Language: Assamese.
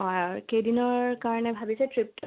হয় আৰু কেইদিনৰ কাৰণে ভাবিছে ট্ৰিপটো